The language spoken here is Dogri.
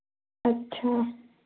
अच्छा